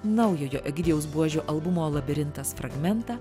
naujojo egidijaus buožio albumo labirintas fragmentą